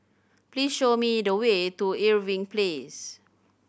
please show me the way to Irving Place